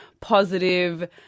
positive